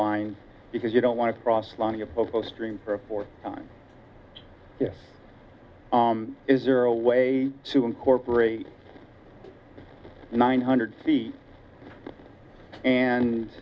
line because you don't want to cross long a post room for a fourth time yes is there a way to incorporate nine hundred feet and